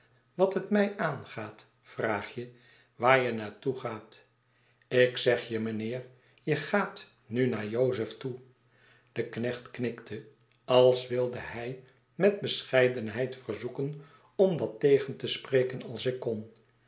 wat het mij aangaat vraag je waar je naar toe gaat ik zegje mijnheer je gaat nu naar jozef toe de knecht knikte als wilde hij mij metbescheidenheid verzoeken om dat tegen te spreken als ikkon en